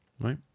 right